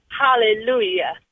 Hallelujah